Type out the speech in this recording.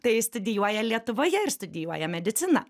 tai studijuoja lietuvoje ir studijuoja mediciną